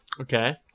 Okay